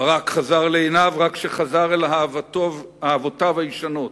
הברק חזר לעיניו רק כשחזר אל אהבותיו הישנות: